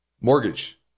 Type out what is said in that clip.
mortgage